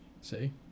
See